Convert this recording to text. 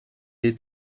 est